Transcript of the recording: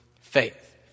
faith